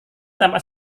tampak